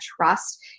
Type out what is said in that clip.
trust